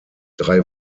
drei